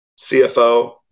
CFO